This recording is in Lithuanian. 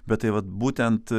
bet tai vat būtent